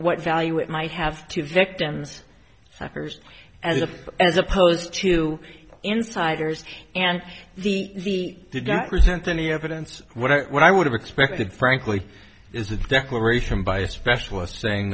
what value it might have to victims suckers as if as opposed to insiders and the he did not present any evidence what i what i would have expected frankly is a declaration by a specialist saying